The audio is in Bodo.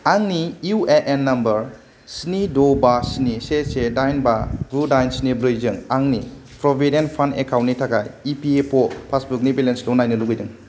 आंनि इउएएन नम्बर स्नि द' बा स्नि से से दाइन बा गु दाइन स्नि ब्रै जों आंनि प्रविदेन्ट फान्द एकाउन्टनि थाखाय इपिएफअ' पासबुकनि बेलेन्सखौ नायनो लुबैदों